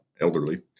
elderly